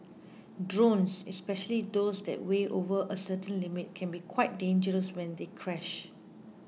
drones especially those that weigh over a certain limit can be quite dangerous when they crash